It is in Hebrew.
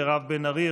מירב בן ארי,